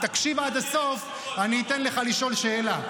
אם תקשיב עד הסוף, אני אתן לך לשאול שאלה.